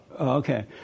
Okay